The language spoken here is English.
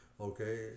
okay